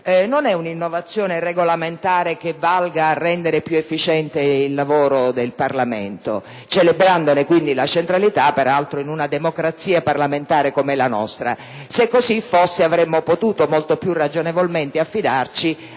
non è un'innovazione regolamentare che valga a rendere più efficiente il lavoro del Parlamento, celebrandone quindi la centralità, peraltro in una democrazia parlamentare come la nostra; se così fosse, avremmo potuto molto più ragionevolmente affidarci